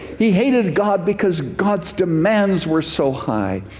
he hated god because god's demands were so high.